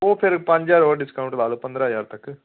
ਉਹ ਫੇਰ ਪੰਜ ਹਜਾਰ ਹੋਰ ਡਿਸਕਾਊਂਟ ਲਾ ਲੋ ਹੋਰ ਪੰਦਰਾਂ ਹਜਾਰ ਤੱਕ